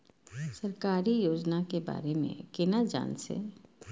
सरकारी योजना के बारे में केना जान से?